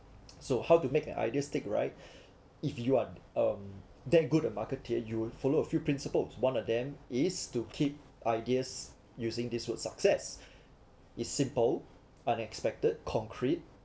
so how to make an idea stick right if you aren't um that good a marketeer you would follow a few principles one of them is to keep ideas using this word success is simple unexpected concrete